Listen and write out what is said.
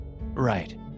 Right